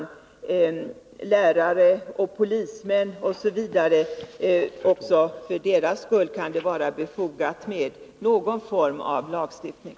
För lärarnas och polismännens skull kan det vara befogat med någon form av lagstiftning.